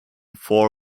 four